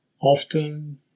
often